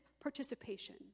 participation